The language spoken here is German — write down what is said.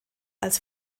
als